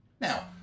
Now